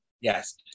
Yes